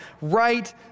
right